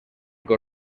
con